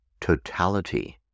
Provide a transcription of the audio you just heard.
totality